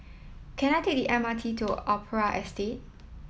can I take the M R T to Opera Estate